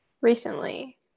recently